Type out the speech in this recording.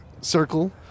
circle